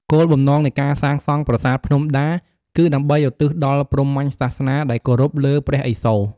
គោលបំណងនៃការសាងសង់ប្រាសាទភ្នំដា គឺដើម្បីឧទ្ទិសដល់ព្រហ្មញ្ញសាសនា ដែលគោរពលើ ព្រះឥសូរ។